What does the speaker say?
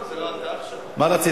חוק הנוער (טיפול והשגחה) (תיקון מס' 20),